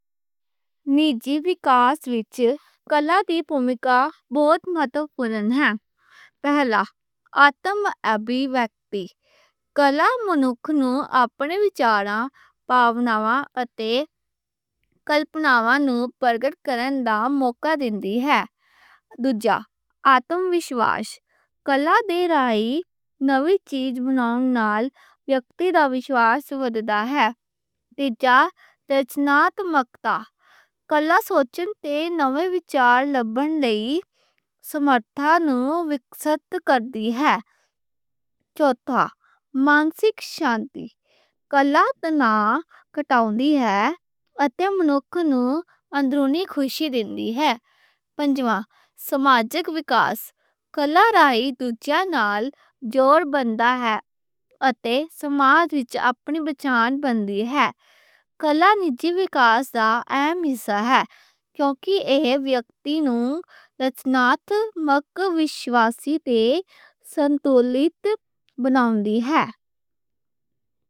نجی وکاس وچ کلا دی بھومکا بہت مہتوپورن ہے۔ آتم ابھیویکتی کلا منکھ نوں اپنے وچاراں، پاوناآں اتے کلپناواں نوں پرگٹ کرن دا موقعہ دِندی ہے۔ آتم وشواش کلا دے رائیں نویاں چیزاں بناؤن نال ویکتی دا وشواش وّددا ہے۔ ترکشیل سوچ کلا سوچن تے نوے وچار لبھن دی سمرتھا نوں وکست کر دی ہے۔ مانسک شانتی کلا تناؤ کٹاؤن دی ہے اتے منک نوں اندرونی خوشی دین دی ہے۔ سماجک وکاس کلا رائیں دوجیاں نال جوڑ بندا ہے اتے سماج وچ اپنی پہچان بن دی ہے۔ کلا نجی وکاس دا اہم حصہ ہے، کیوں جو ایہ ویکتی نوں رچناتمک، وشواسی تے سنتُلیت بناؤن دی ہے۔